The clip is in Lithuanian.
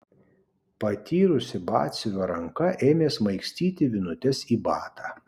patyrusi batsiuvio ranka ėmė smaigstyti vinutes į batą